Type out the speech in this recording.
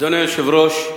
אדוני היושב-ראש,